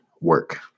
work